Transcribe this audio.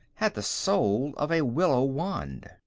had the soul of a willow wand.